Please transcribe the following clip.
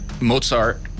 Mozart